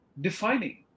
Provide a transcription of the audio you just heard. defining